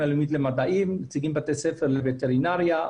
שנייה.